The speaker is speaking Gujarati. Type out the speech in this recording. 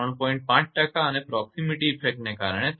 5 ટકા અને પ્રોક્શિમીટી ઇફેક્ટને કારણે 3